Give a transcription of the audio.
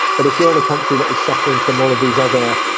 but if you're in a country that is suffering from all of these other,